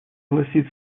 гласит